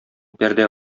пәрдә